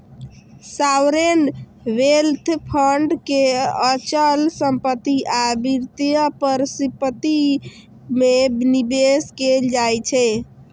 sovereign wealth fund के अचल संपत्ति आ वित्तीय परिसंपत्ति मे निवेश कैल जाइ छै